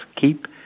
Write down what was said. keep